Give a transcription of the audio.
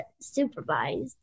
supervised